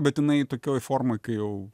bet jinai tokioj formoj kai jau